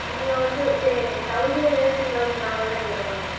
இங்கே வந்து பெ தொளசன்ட் இல்லை டூ தொளசன்ட் அவ்வளோ தான் கேட்பாங்க